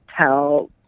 tell